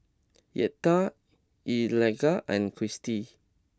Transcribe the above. Yetta Eligah and Christie